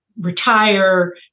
retire